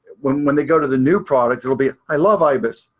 when when they go to the new product, it will be i love ibis.